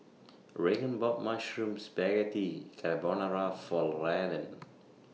Reagan bought Mushroom Spaghetti Carbonara For Rylan